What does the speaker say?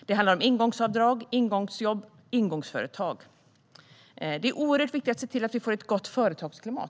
Det handlar om ingångsavdrag, ingångsjobb och ingångsföretag. Det är oerhört viktigt att se till att vi får ett gott företagsklimat.